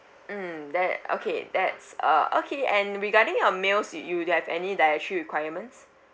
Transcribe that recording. mm that okay that's uh okay and regarding meals you d~ you have any dietary requirements